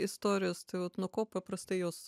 istorijos tai vat nuo ko paprastai jos